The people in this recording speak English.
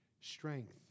strength